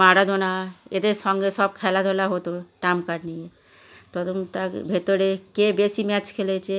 Maradona এদের সঙ্গে সব খেলাধুলা হতো ট্রাম্প কার্ড নিয়ে তো তখন তাকে ভেতরে কে বেশি ম্যাচ খেলেছে